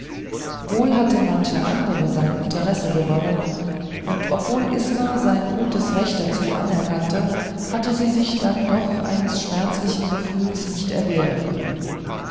wohl hatte manche andere sein interesse gewonnen und obwohl isma sein gutes recht dazu anerkannte hatte sie sich dann doch eines schmerzlichen gefühls nicht erwehren können